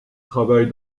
travaille